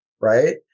Right